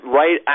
right